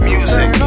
Music